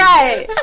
Right